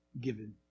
given